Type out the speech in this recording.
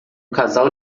casal